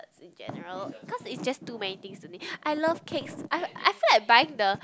it's a general cause it's just too many things to me I love cakes I I feel like buying the